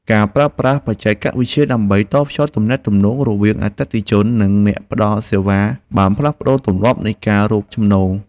ការប្រើប្រាស់បច្ចេកវិទ្យាដើម្បីភ្ជាប់ទំនាក់ទំនងរវាងអតិថិជន និងអ្នកផ្តល់សេវាបានផ្លាស់ប្តូរទម្លាប់នៃការរកចំណូល។